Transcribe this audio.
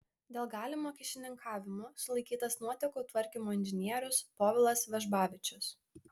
dėl galimo kyšininkavimo sulaikytas nuotėkų tvarkymo inžinierius povilas vežbavičius